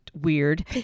weird